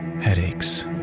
Headaches